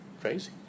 crazy